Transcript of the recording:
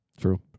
True